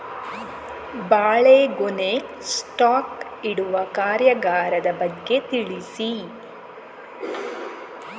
ಬಾಳೆಗೊನೆ ಸ್ಟಾಕ್ ಇಡುವ ಕಾರ್ಯಗಾರದ ಬಗ್ಗೆ ತಿಳಿಸಿ